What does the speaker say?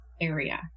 area